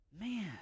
man